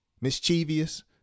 mischievous